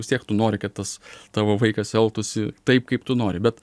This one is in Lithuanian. vis tiek tu nori kad tas tavo vaikas elgtųsi taip kaip tu nori bet